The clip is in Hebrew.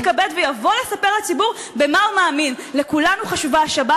על חשבון הציבור, מה הוא חושב על סוגיית השבת?